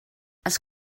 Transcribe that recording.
els